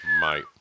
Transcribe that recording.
mate